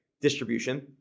distribution